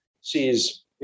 sees